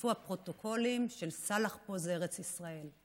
כשנחשפו הפרוטוקולים של "סאלח, פה זה ארץ ישראל".